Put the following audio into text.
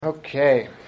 Okay